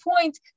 point